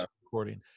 recording